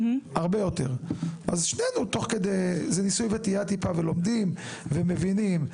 זה ניסוי וטעיה ולומדים תוך כדי ומבינים.